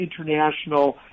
international